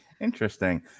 Interesting